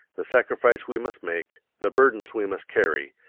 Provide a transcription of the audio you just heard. the sacrifice we must make, the burdens we must carry,